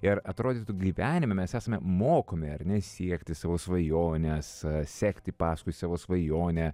ir atrodytų gyvenime mes esame mokomi ar ne siekti savo svajonės sekti paskui savo svajonę